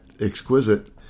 exquisite